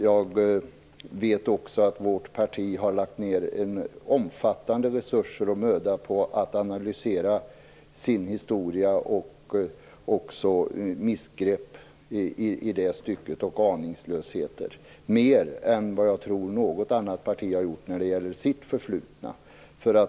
Jag vet också att vårt parti har lagt ned omfattande resurser och möda på att analysera sin historia och även missgrepp och aningslösheter i det stycket. Jag tror att vi har vi gjort mer än vad något annat parti gjort i fråga om sitt förflutna.